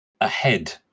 ahead